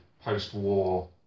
post-war